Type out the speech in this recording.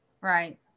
Right